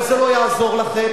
אבל זה לא יעזור לכם,